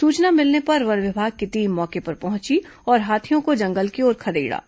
सूचना मिलने पर वन विभाग की टीम मौके पर पहुंची और हाथियों को जंगल की ओर खदेड़ा